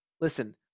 listen